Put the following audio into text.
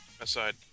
Aside